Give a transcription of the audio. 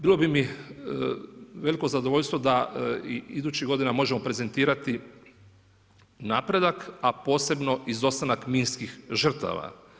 Bilo bi mi veliko zadovoljstvo da i idućih godina možemo prezentirati napredak a posebno izostanak minskih žrtava.